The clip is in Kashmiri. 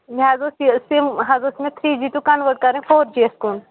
مےٚ حظ اوس یہِ سِم حظ ٲس مےٚ تھرٛی جی ٹُو کَنوٲرٹ کَرٕنۍ فور جی یَس کُن